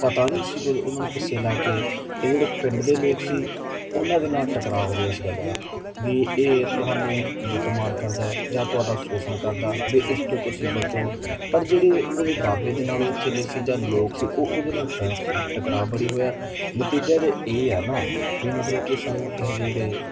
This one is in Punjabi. ਪਤਾ ਨਹੀਂ ਸੀ ਉਹਨਾਂ ਨੂੰ ਪਿੱਛੇ ਲਾ ਕੇ ਅਤੇ ਜਿਹੜੇ ਪਿੰਡ ਦੇ ਲੋਕ ਸੀ ਉਹਨਾਂ ਦੇ ਨਾਲ ਟਕਰਾਅ ਹੋ ਗਏ ਇਸ ਗੱਲ ਦਾ ਵੀ ਇਹ ਤੁਹਾਨੂੰ ਲੁੱਟਮਾਰ ਕਰਦਾ ਜਾਂ ਤੁਹਾਡਾ ਸ਼ੋਸ਼ਣ ਕਰਦਾ ਵੀ ਇਸ ਤੋਂ ਤੁਸੀਂ ਬਚੋ ਪਰ ਜਿਹੜੇ ਉਹਦੇ ਬਾਬੇ ਦੇ ਨਾਲ ਉਹ ਚੇਲੇ ਸੀ ਜਾਂ ਲੋਕ ਸੀ ਉਹ ਉਹਦੇ ਨਾਲ ਸਹਿਮਤ ਸੀ ਟਕਰਾਅ ਬੜੀ ਹੋਇਆ ਨਤੀਜਾ ਅਤੇ ਇਹ ਹੈ ਨਾ ਵੀ ਮਤਲਬ ਕਿ ਸਾਨੂੰ ਇਹੋ ਜਿਹੇ ਜਿਹੜੇ